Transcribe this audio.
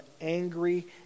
angry